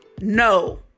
no